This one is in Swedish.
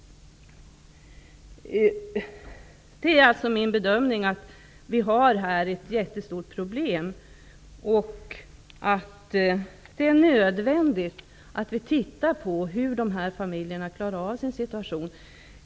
Det är alltså min bedömning att vi här har ett jättestort problem. Det är nödvändigt att vi tittar på hur dessa familjer skall klara av sin situation.